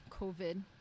COVID